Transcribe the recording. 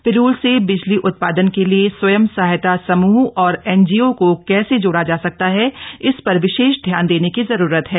पिरूल से बिजली उत्पादन के लिए स्वयं सहायता समूह और एनजीओ को कैसे जोड़ा जा सकता है इस पर विशेष ध्यान देने की जरूरत है